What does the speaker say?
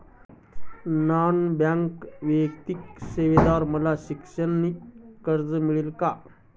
Non banking वित्तीय सेवेद्वारे मला शैक्षणिक कर्ज मिळेल का?